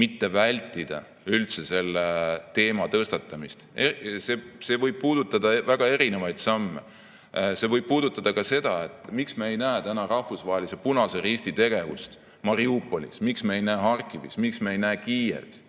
mitte vältida üldse selle teema tõstatamist. See võib puudutada väga erinevaid samme, see võib puudutada ka seda, miks me ei näe täna Rahvusvahelise Punase Risti tegevust Mariupolis, miks me ei näe Harkivis, miks me ei näe Kiievis.